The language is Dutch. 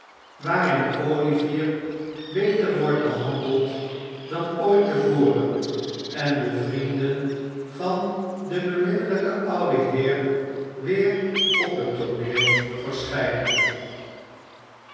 waarin olivier béter wordt behandeld dan ooit te voren en de vrienden van den beminnblijken ouden heer weer op het tooneel verschijnen